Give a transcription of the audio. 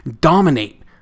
dominate